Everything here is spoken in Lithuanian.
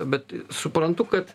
bet suprantu kad